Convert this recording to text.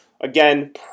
again